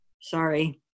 sorry